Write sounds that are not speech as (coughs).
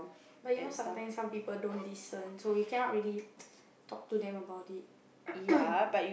but you know sometimes some people don't listen so you cannot really (noise) talk to them about it (coughs)